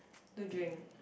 to drink